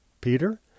Peter